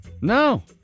No